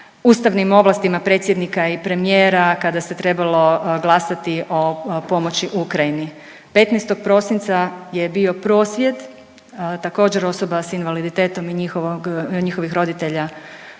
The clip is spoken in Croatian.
ustavnim ovlastima predsjednika i premijera kada se trebalo glasati o pomoći Ukrajini, 15. prosinca je bio prosvjed također osoba s invaliditetom i njihovih roditelja